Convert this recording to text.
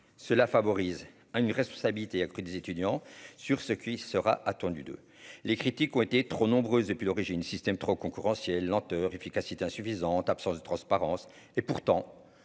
cela favorise, a une responsabilité accrue des étudiants sur ce qui sera attendu de les critiques ont été trop nombreuses, et puis l'origine système trop concurrentiel lenteur efficacité insuffisante, absence de transparence et pourtant